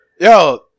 Yo